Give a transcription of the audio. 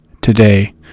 Today